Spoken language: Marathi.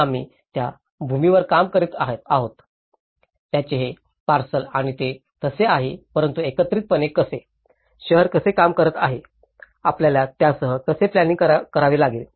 हे आम्ही ज्या भूमीवर काम करीत आहोत त्याचे हे पार्सल आणि ते तसे आहे परंतु एकत्रितपणे कसे शहर कसे काम करत आहे आपल्याला त्यासह कसे प्लॅनिंइंग करावे लागेल